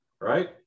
Right